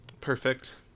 perfect